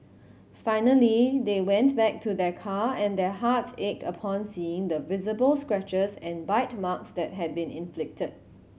finally they went back to their car and their hearts ached upon seeing the visible scratches and bite marks that had been inflicted